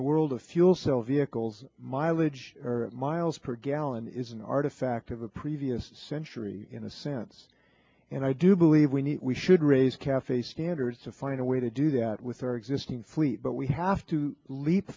the world of fuel cell vehicles mileage miles per gallon is an artifact of a previous century in a sense and i do believe we need we should raise cafe standards to find a way to do that with our existing fleet but we have to leap